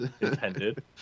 intended